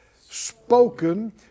spoken